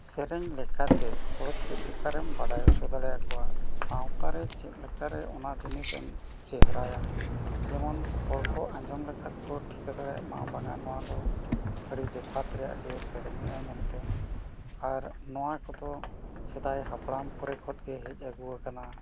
ᱥᱮᱨᱮᱧ ᱞᱮᱠᱟᱛᱮ ᱦᱚᱲ ᱪᱮᱫ ᱞᱮᱠᱟ ᱨᱮᱢ ᱵᱟᱰᱟᱭ ᱚᱪᱚ ᱫᱟᱲᱮ ᱟᱠᱚᱣᱟ ᱥᱟᱶᱛᱟ ᱨᱮ ᱪᱮᱫ ᱞᱮᱠᱟ ᱨᱮ ᱚᱱᱟ ᱡᱤᱱᱤᱥᱮᱢ ᱪᱮᱦᱨᱟᱭᱟ ᱡᱮᱢᱚᱱ ᱦᱚᱲ ᱠᱚ ᱟᱸᱡᱚᱢ ᱞᱮᱠᱷᱟᱡ ᱠᱚ ᱴᱷᱤᱠᱟᱹ ᱫᱟᱲᱮᱭᱟᱜ ᱢᱟ ᱵᱟᱝᱟ ᱱᱚᱣᱟ ᱫᱚ ᱟᱹᱰᱤ ᱡᱚᱛᱷᱟᱛ ᱨᱮᱭᱟᱜ ᱜᱮ ᱥᱮᱨᱮᱧᱮᱜ ᱟᱭ ᱢᱮᱱᱛᱮ ᱟᱨ ᱱᱚᱣᱟ ᱠᱚᱫᱚ ᱥᱮᱫᱟᱭ ᱦᱟᱯᱲᱟᱢ ᱯᱚᱨᱮ ᱠᱷᱚᱡ ᱜᱮ ᱦᱮᱡ ᱟᱹᱜᱩ ᱟᱠᱟᱱᱟ